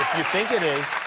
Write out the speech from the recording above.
you think it is.